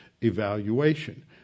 evaluation